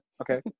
okay